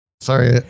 Sorry